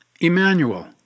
Emmanuel